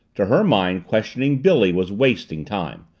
to her mind questioning billy was wasting time.